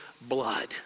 blood